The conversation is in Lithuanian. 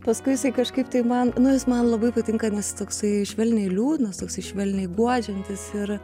paskui jisai kažkaip tai man nu jis man labai patinka nes toksai švelniai liūdnas toksai švelniai guodžiantis ir